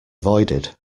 avoided